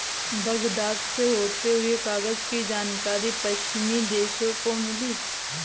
Baghdad से होते हुए कागज की जानकारी पश्चिमी देशों को मिली